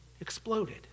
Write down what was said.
exploded